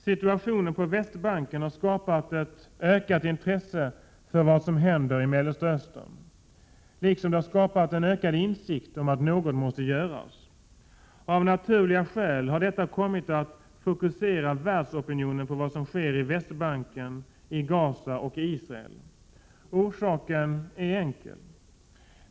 Situationen på Västbanken har skapat ett ökat intresse för vad som händer i Mellersta Östern, liksom den har skapat en ökad insikt om att något måste göras. Av naturliga skäl har detta kommit att fokusera världsopinionen på vad som sker på Västbanken, i Gaza och i Israel. Orsaken är enkel.